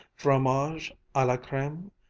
fromage a la creme!